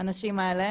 לאנשים האלה